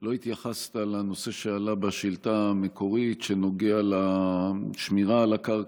לא התייחסת לנושא שעלה בשאילתה המקורית שנוגע לשמירה על הקרקע,